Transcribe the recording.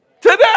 today